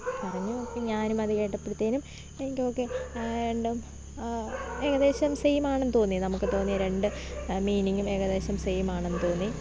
പറഞ്ഞു അപ്പം ഞാനുമത് കേട്ടപ്പോഴത്തേനും എനിക്കൊക്കെ ഏണ്ടും ഏകദേശം സേമാണെന്നു തോന്നി നമുക്ക് തോന്നിയ രണ്ട് മീനിങ്ങും ഏകദേശം സേമാണെന്നു തോന്നി